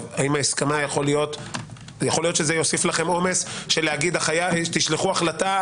יכול להיות שזה יוסיף לכם עומס להגיד: תשלחו החלטה,